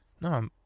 No